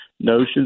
Notions